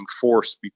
force